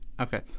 Okay